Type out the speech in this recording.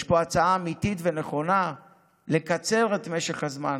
יש פה הצעה אמיתית ונכונה לקצר את משך הזמן